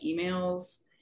emails